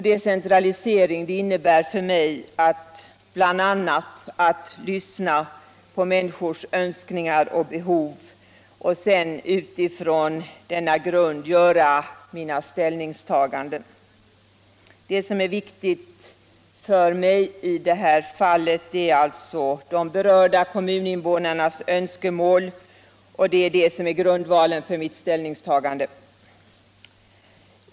Decentralisering innebär för mig bl.a. att lyssna på människors önskningar och behov och sedan från denna grund göra mitt ställningstagande. Det som är viktigt för mig är först och främst de berörda kommuninvånarnas önskemål — det är grundvalen för mitt ställningstagande.